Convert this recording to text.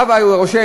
הרב הוא הרושם?